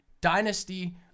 Dynasty